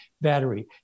battery